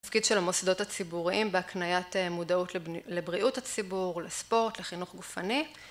תפקיד של המוסדות הציבוריים בהקניית מודעות לבריאות הציבור, לספורט, לחינוך גופני